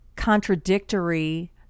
Contradictory